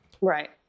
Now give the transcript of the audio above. Right